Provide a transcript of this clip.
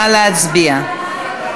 נא להצביע.